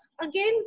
Again